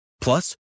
Plus